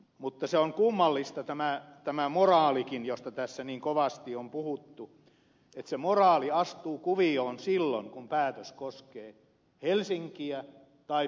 mutta se on kummallista tämä moraalikin josta tässä niin kovasti on puhuttu että se moraali astuu kuvioon silloin kun päätös koskee helsinkiä tai pääkaupunkiseutua